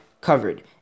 covered